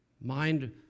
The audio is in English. mind